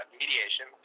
mediation